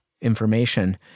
information